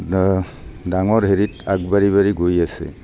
ডাঙৰ হেৰিত আগবাঢ়ি বাঢ়ি গৈ আছে